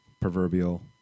proverbial